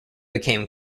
became